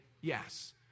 yes